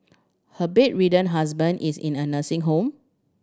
her bedridden husband is in a nursing home